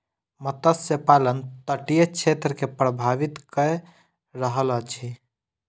मत्स्य पालन तटीय क्षेत्र के प्रभावित कय रहल अछि